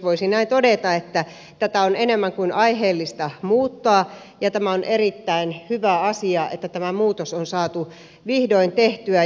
voisi todeta että tätä on enemmän kuin aiheellista muuttaa ja on erittäin hyvä asia että tämä muutos on saatu vihdoin tehtyä